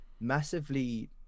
massively